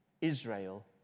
Israel